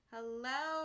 Hello